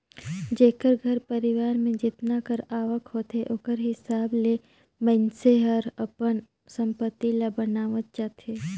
जेकर घर परिवार में जेतना कर आवक होथे ओकर हिसाब ले मइनसे हर अपन संपत्ति ल बनावत जाथे